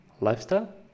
lifestyle